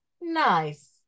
Nice